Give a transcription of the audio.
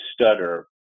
stutter